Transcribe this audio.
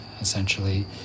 essentially